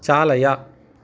चालय